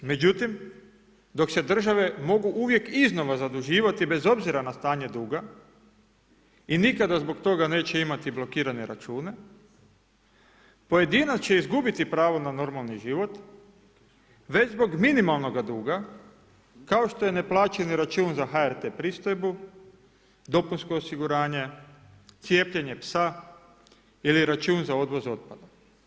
Međutim, dok se država mogu uvijek iznova zaduživati bez obzira na stanje duga i nikada zbog toga neće imati blokirane račune, pojedinac će izgubiti pravo na normalni život već zbog minimalnoga duga kao što je neplaćeni račun za HRT pristojbu, dopunsko osiguranje, cijepljenje psa ili račun za odvoz otpada.